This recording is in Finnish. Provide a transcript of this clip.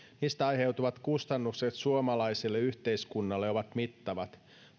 niistä aiheutuvat kustannukset suomalaiselle yhteiskunnalle ovat mittavat